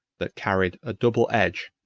that carried a double edge,